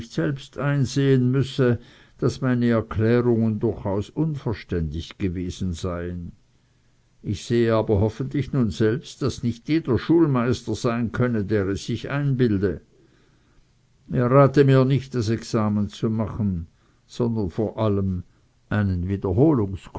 selbst einsehen müsse daß meine erklärungen durchaus unverständig gewesen seien ich sehe aber hoffentlich nun selbst daß nicht jeder schulmeister sein könne der es sich einbilde er rate mir nicht das examen zu machen sondern vor allem einen